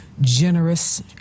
generous